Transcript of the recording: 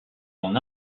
son